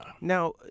Now